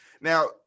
Now